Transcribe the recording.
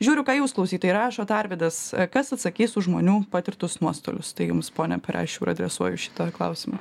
žiūriu ką jūs klausytojai rašot arvydas kas atsakys už žmonių patirtus nuostolius tai jums pone pareščiau adresuoju šitą klausimą